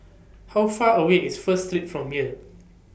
How Far away IS First Street from here